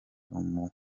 umutwe